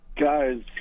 Guys